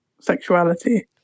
sexuality